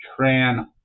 tran